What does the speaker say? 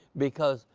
because,